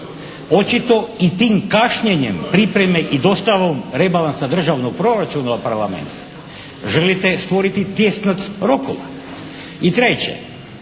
očito i tim kašnjenjem pripreme i dostavom rebalansa Državnog proračuna u Parlament želite stvoriti tjesnac rokova. I treće,